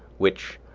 which,